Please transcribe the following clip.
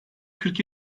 kırk